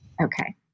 Okay